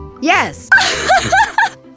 Yes